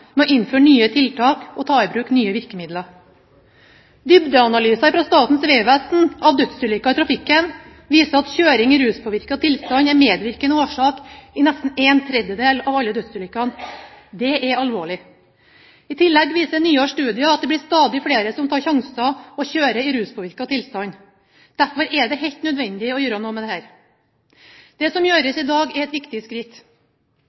med å innføre nye tiltak og å ta i bruk nye virkemidler. Dybdeanalyser fra Statens vegvesen av dødsulykker i trafikken viser at kjøring i ruspåvirket tilstand er medvirkende årsak i nesten en tredjedel av alle dødsulykkene. Det er alvorlig. I tillegg viser en nyere studie at det blir stadig flere som tar sjanser og kjører i ruspåvirket tilstand. Derfor er det helt nødvendig å gjøre noe med dette. Det som gjøres i dag, er et viktig skritt.